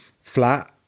flat